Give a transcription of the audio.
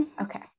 okay